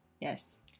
yes